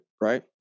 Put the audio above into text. right